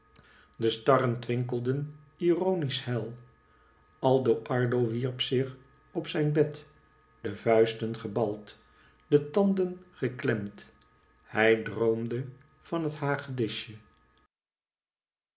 de starren twinkelden ironiesch hel aldo ardo wierp zkh op zijn bed de vuisten gebald de tanden geklemd hij droomde van het